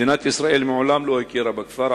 מדינת ישראל מעולם לא הכירה בכפר,